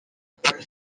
paul